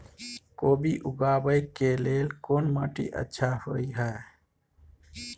कोबी उगाबै के लेल कोन माटी अच्छा होय है?